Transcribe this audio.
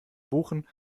buchen